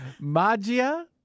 Magia